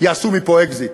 יעשו מפה אקזיט.